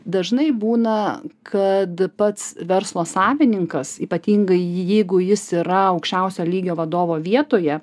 dažnai būna kad pats verslo savininkas ypatingai jeigu jis yra aukščiausio lygio vadovo vietoje